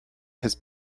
his